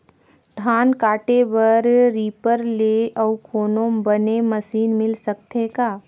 धान काटे बर रीपर ले अउ कोनो बने मशीन मिल सकथे का?